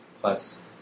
plus